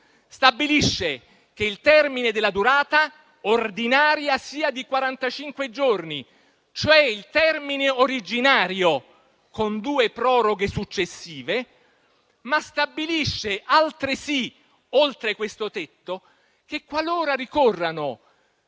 Stabilisce che il termine della durata ordinaria sia di quarantacinque giorni, cioè il termine originario, con due proroghe successive, ma stabilisce altresì, oltre questo tetto che, qualora ricorrano